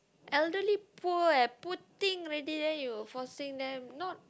elderly poor eh poor thing already then you forcing them not